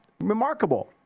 Remarkable